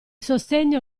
sostegno